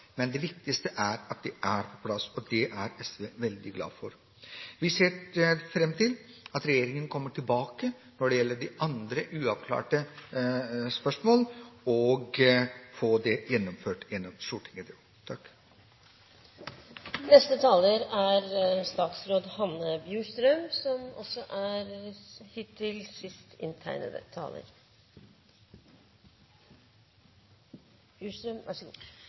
men det viktigste er at det er på plass. Det er SV veldig glad for. Vi ser fram til at regjeringen kommer tilbake når det gjelder andre uavklarte spørsmål – og få det gjennomført i Stortinget. Regjeringen har i denne proposisjonen lagt fram forslag til endringer i arbeidsmarkedsloven som